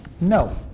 No